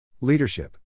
Leadership